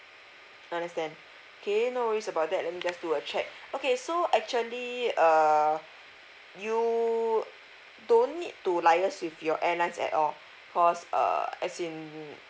understand okay no worries about that let me just do a check okay so actually err you don't need to liaise with your airlines at all cause err as in